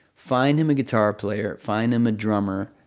find him a guitar player. find him a drummer,